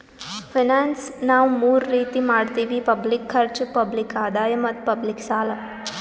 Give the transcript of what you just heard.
finance ನಾವ್ ಮೂರ್ ರೀತಿ ಮಾಡತ್ತಿವಿ ಪಬ್ಲಿಕ್ ಖರ್ಚ್, ಪಬ್ಲಿಕ್ ಆದಾಯ್ ಮತ್ತ್ ಪಬ್ಲಿಕ್ ಸಾಲ